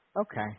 Okay